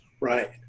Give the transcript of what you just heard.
Right